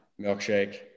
milkshake